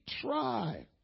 try